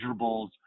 measurables